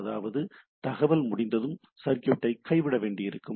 அதாவது தகவல் தொடர்பு முடிந்ததும் சர்க்யூட்டை கைவிட வேண்டியிருக்கும்